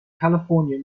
california